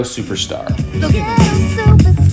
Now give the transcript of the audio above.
Superstar